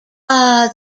are